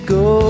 go